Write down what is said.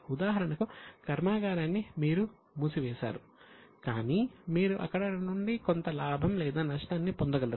ఉదాహరణకు కర్మాగారాన్ని మీరు మూసివేశారు కానీ మీరు అక్కడ నుండి కొంత లాభం లేదా నష్టాన్ని పొందుగలరు